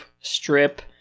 strip